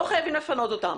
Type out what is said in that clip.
לא חייבים לפנות אותן.